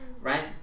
right